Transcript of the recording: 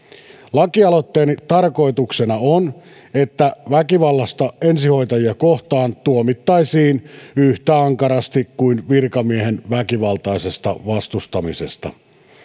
lakialoitteeni tarkoituksena on että väkivallasta ensihoitajia kohtaan tuomittaisiin yhtä ankarasti kuin virkamiehen väkivaltaisesta vastustamisesta